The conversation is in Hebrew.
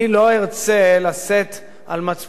מצפוני את העובדה שלא הזהרתי ולא התרעתי.